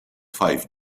five